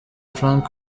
frank